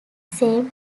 same